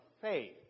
faith